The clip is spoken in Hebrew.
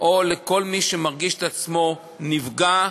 או לכל מי שמרגיש את עצמו נפגע,